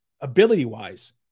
ability-wise